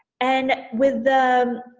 and with